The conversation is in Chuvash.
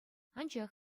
анчах